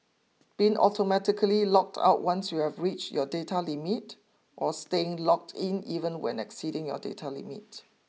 being automatically logged out once you've reached your data limit or staying logged in even when exceeding your data limit